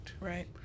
Right